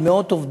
על מאות עובדיו,